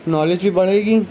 knowledge بھی بڑھے گی